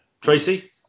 Tracy